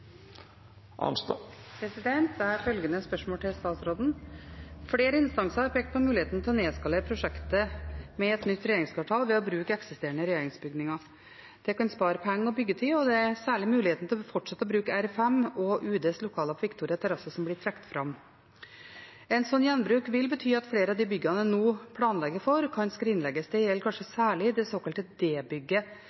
til statsråden: «Flere instanser har pekt på muligheten av å nedskalere prosjektet med nytt regjeringskvartal ved å bruke eksisterende regjeringsbygninger. Det kan spare penger og byggetid. Det er særlig muligheten til fortsatt å bruke R5 og UDs lokaler på Victoria terrasse som trekkes fram. En slik gjenbruk vil bety at flere av de byggene man nå planlegger, kan skrinlegges. Det gjelder